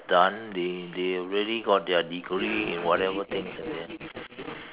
done they they already got their degree in whatever things like that